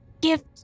gift